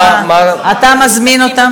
אתה מזמין אותם?